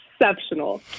exceptional